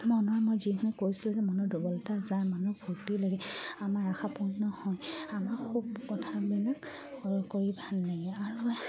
মনৰ মই যিখিনি কৈছিলোঁ যে মনৰ দুৰ্বলতা যাৰ মানুহ ফূৰ্তি লাগে আমাৰ আশা পূৰ্ণ হয় আমাৰ খুব কথাবিলাক অহ্ কৰি ভাল লাগে আৰু